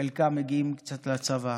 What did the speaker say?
חלקם מגיעים קצת לצבא.